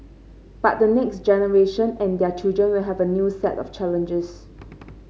but the next generation and their children will have a new set of challenges